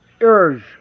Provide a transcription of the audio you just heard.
urge